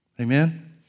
Amen